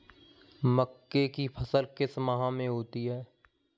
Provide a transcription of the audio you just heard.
मक्के की फसल किस माह में होती है?